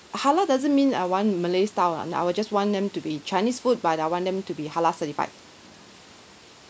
uh halal doesn't mean that I want malay style ah I will just want them to be chinese food but I want them to be halal certified